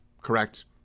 Correct